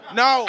no